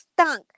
stunk